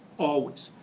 always,